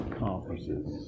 conferences